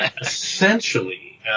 essentially